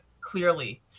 clearly